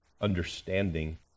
understanding